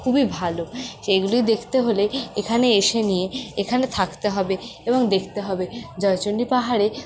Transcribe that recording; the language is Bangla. খুবই ভালো সেইগুলি দেখতে হলে এখানে এসে নিয়ে এখানে থাকতে হবে এবং দেখতে হবে জয়চন্ডী পাহাড়ে